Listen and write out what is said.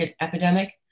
epidemic